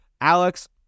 Alex